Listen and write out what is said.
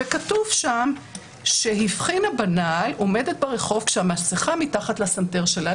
וכתוב שם "שהבחינה בנ"ל עומדת ברחוב כשהמסכה מתחת לסנטר שלה".